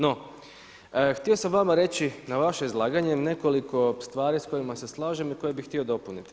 No, htio sam vama reći na vaše izlaganje nekoliko stvari s kojima se slažem i koje bi htio dopuniti.